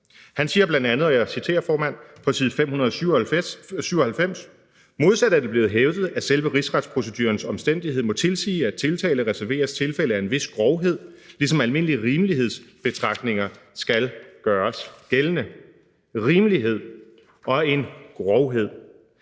Han siger bl.a., og jeg citerer, formand, på side 597: Modsat er det blevet hævdet, at selve rigsretsprocedurens omstændighed må tilsige, at tiltale reserveres tilfælde af en vis grovhed, ligesom almindelige rimelighedsbetragtninger skal gøres gældende. Rimelighed og en grovhed;